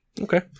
Okay